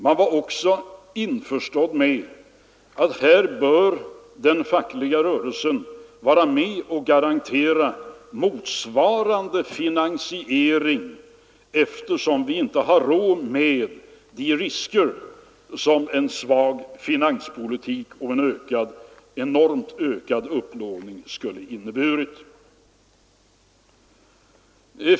Man var också införstådd med att den fackliga rörelsen bör vara med och garantera motsvarande finansiering, eftersom vi inte har råd med de risker som en svag finanspolitik och en enormt ökad upplåning skulle ha inneburit.